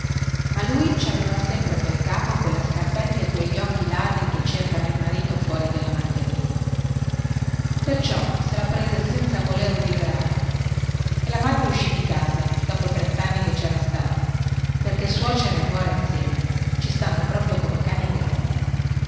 ma lui ci aveva sempre pel capo quella scarpetta e quegli occhi ladri che cercavano il marito fuori della mantellina perciò se la prese senza volere udir altro e la madre uscì di casa dopo trentanni che cera stata perchè suocera e nuora insieme ci stanno proprio come